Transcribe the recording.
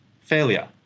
failure